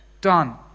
done